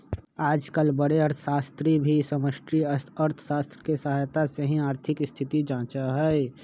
आजकल बडे अर्थशास्त्री भी समष्टि अर्थशास्त्र के सहायता से ही आर्थिक स्थिति जांचा हई